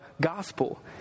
gospel